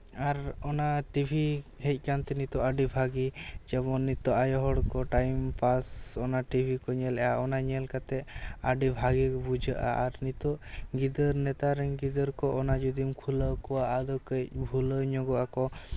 ᱟᱨ ᱚᱱᱟ ᱴᱤᱵᱷᱤ ᱦᱮᱡ ᱟᱠᱟᱱᱛᱮ ᱱᱤᱛᱚᱜ ᱟᱹᱰᱤ ᱵᱷᱟᱹᱜᱤ ᱡᱮᱢᱚᱱ ᱱᱤᱛᱚᱜ ᱟᱭᱳ ᱦᱚᱲᱠᱚ ᱴᱟᱭᱤᱢ ᱯᱟᱥ ᱚᱱᱟ ᱴᱤᱵᱷᱤ ᱠᱚ ᱧᱮᱞ ᱮᱜᱼᱟ ᱟᱨ ᱚᱱᱟ ᱧᱮᱞ ᱠᱟᱛᱮᱜ ᱟᱹᱰᱤ ᱵᱷᱟᱹᱜᱤ ᱵᱩᱡᱷᱟᱹᱜᱼᱟ ᱟᱨ ᱱᱤᱛᱚᱜ ᱜᱤᱫᱟᱹᱨ ᱱᱮᱛᱟᱨ ᱨᱮᱱ ᱜᱤᱫᱟᱹᱨ ᱠᱚ ᱚᱱᱟ ᱡᱩᱫᱤᱢ ᱠᱷᱩᱞᱟᱹᱣ ᱟᱠᱚᱣᱟ ᱟᱫᱚ ᱠᱟᱹᱡ ᱵᱷᱩᱞᱟᱹᱣ ᱧᱚᱜᱚᱜ ᱟᱠᱚ